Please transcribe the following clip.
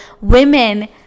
women